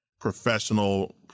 professional